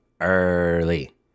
early